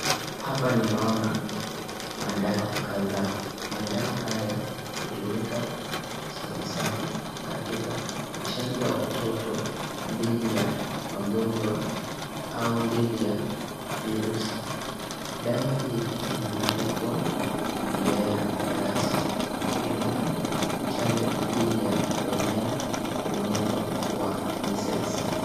Hapa ninaona madawa kadhaa. Madawa hayo hutumika sana sana katika kuchanja watoto dhidi ya magonjwa au dhidi ya virusi. Dawa hii imeandikwa rubella virus . Hutumika kuchanja dhidi ya kuenea kwa ugonjwa wa measles .